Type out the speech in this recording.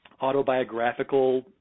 autobiographical